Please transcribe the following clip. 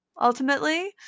ultimately